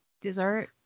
dessert